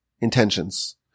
intentions